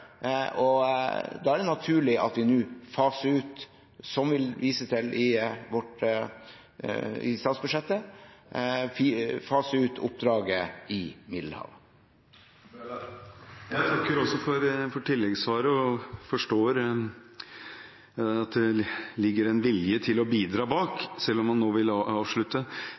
Da er det naturlig at vi nå faser ut oppdraget i Middelhavet, som vi viser til i statsbudsjettet. Jeg takker også for tilleggssvaret og forstår at det ligger en vilje til å bidra bak, selv om man nå vil avslutte.